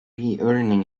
earning